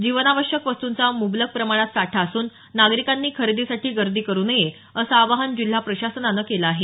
जीवनावश्यक वस्तूंचा मुबलक प्रमाणात साठा असून नागरिकांनी खरेदीसाठी गर्दी करू नये असं आवाहन जिल्हा प्रशासनानं केलं आहे